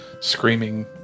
Screaming